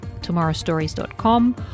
tomorrowstories.com